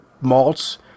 malts